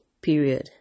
period